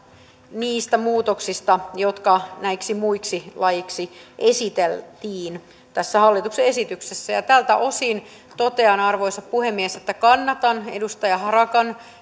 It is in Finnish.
niistä muutoksista jotka näiksi muiksi laeiksi esiteltiin tässä hallituksen esityksessä tältä osin totean arvoisa puhemies että kannatan edustaja harakan